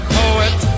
poet